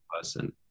person